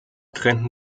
trennten